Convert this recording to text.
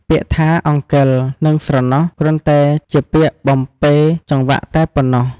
ពាក្យថា "អង្កិល" និង "ស្រណោះ" គ្រាន់តែជាពាក្យបំពេរចង្វាក់តែប៉ុណ្ណោះ។